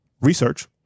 research